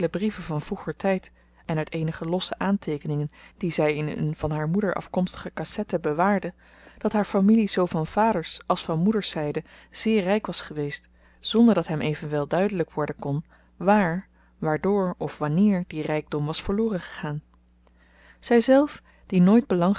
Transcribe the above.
brieven van vroeger tyd en uit eenige losse aanteekeningen die zy in een van haar moeder afkomstige kassette bewaarde dat haar familie zoo van vaders als van moeders zyde zeer ryk was geweest zonder dat hem evenwel duidelyk worden kon wààr waardoor of wanneer die rykdom was verloren gegaan zyzelf die nooit belang